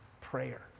prayer